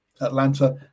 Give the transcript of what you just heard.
Atlanta